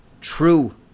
true